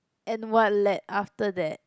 and what led after that